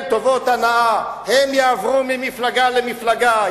טובות הנאה הם יעברו ממפלגה למפלגה,